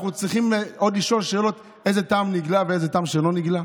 אנחנו צריכים עוד לשאול שאלות איזה טעם נגלה ואיזה טעם לא נגלה?